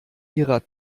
ihrer